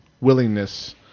willingness